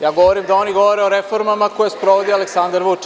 Ja govorim da oni govore o reformama koje sprovodi Aleksandar Vučić.